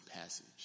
passage